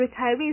retirees